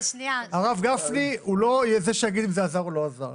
הרב גפני הוא לא זה שיגיד אם זה עזר או לא עזר.